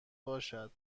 باشد